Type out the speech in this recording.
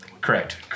Correct